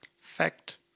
fact